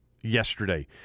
yesterday